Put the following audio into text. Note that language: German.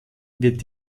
wird